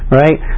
right